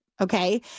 Okay